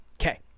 Okay